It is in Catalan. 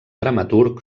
dramaturg